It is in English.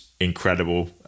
incredible